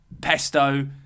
pesto